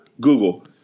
Google